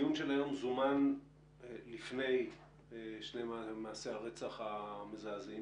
הדיון הזה זומן לפני מעשי הרצח המזעזעים